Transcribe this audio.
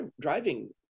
driving